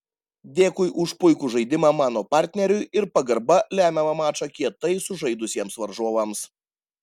dėkui už puikų žaidimą mano partneriui ir pagarba lemiamą mačą kietai sužaidusiems varžovams